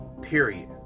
period